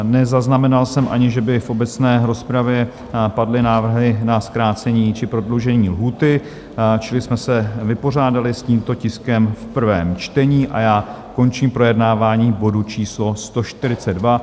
Nezaznamenal jsem ani, že by v obecné rozpravě padly návrhy na zkrácení či prodloužení lhůty, čili jsme se vypořádali s tímto tiskem v prvém čtení a já končím projednávání bodu číslo 142.